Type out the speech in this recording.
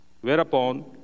whereupon